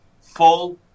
full